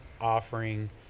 offering